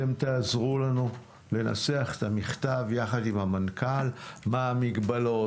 אתם תעזרו לנו לנסח את המכתב יחד עם המנכ"ל לגבי המגבלות,